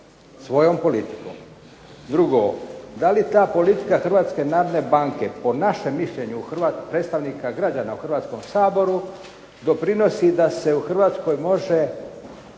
svojom politikom. Drugo, da li ta politika Hrvatske narodne banke po našem mišljenju predstavnika građana u Hrvatskom saboru doprinosi da se u Hrvatskoj može